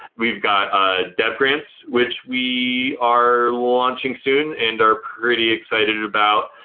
we've got ah dev grants which we are launching soon and are pretty excited about.